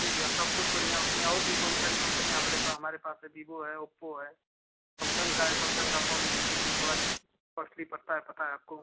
जी भैया सब कुछ बढ़िया है उसमें और भी बहुत सारी कंपनियाँ हमरे पास हमारे पास है बीबो है ओप्पो है समसंग का है समसंग का फोन लेकिन थोड़ा कॉस्टली पड़ता है पता है आपको